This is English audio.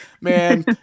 man